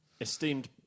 esteemed